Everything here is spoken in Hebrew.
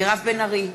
מירב בן ארי,